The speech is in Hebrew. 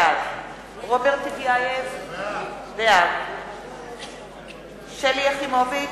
בעד רוברט טיבייב, בעד שלי יחימוביץ,